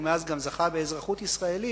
ומאז גם זכה באזרחות ישראלית,